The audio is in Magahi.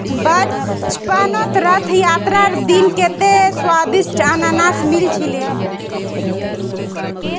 बचपनत रथ यात्रार दिन कत्ते स्वदिष्ट अनन्नास मिल छिले